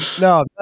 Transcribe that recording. No